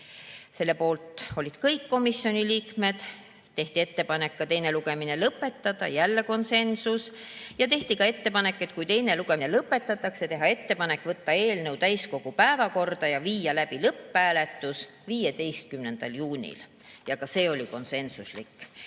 selle poolt olid kõik komisjoni liikmed. Tehti ettepanek teine lugemine lõpetada, jälle konsensus. Ja tehti ka ettepanek, et kui teine lugemine lõpetatakse, teha ettepanek võtta eelnõu täiskogu päevakorda ja viia läbi lõpphääletus 15. juunil, ka see oli konsensuslik.